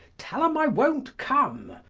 tell em i won't come.